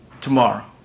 tomorrow